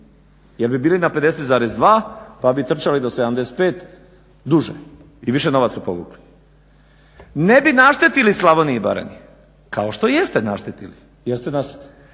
jer bi bili na 50,2 pa bi trčali do 75 duže i više novaca povukli. Ne bi naštetili Slavoniji i Baranji kao što jeste naštetili